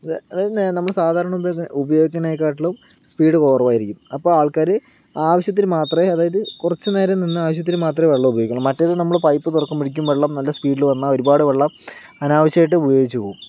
അതായത് നമ്മുടെ സാധാരണ ഉപയോഗിക്കുന്ന ഉപയോഗിക്കണെ കാട്ടിലും സ്പീഡ് കുറവായിരിക്കും അപ്പോൾ ആൾക്കാര് ആവശ്യത്തിന് മാത്രേ അതായത് കുറച്ചുനേരം നിന്ന് ആവശ്യത്തിന് മാത്രമേ വെള്ളം ഉപയോഗിക്കുകയുള്ളൂ മറ്റേത് നമ്മളെ പൈപ്പ് തുറക്കുമ്പോഴേക്കും വെള്ളം നല്ല സ്പീഡിൽ വന്നാ ഒരുപാട് വെള്ളം അനാവശ്യമായിട്ട് ഉപയോഗിച്ചു പോകും